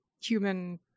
human